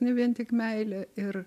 ne vien tik meilė ir